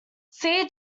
see